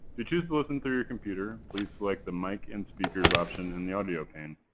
you choose to listen through your computer please select the mic and speakers option in the audio pane.